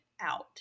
out